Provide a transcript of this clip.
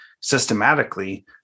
systematically